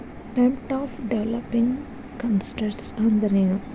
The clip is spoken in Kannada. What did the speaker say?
ಡೆಬ್ಟ್ ಆಫ್ ಡೆವ್ಲಪ್ಪಿಂಗ್ ಕನ್ಟ್ರೇಸ್ ಅಂದ್ರೇನು?